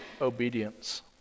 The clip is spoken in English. obedience